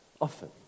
often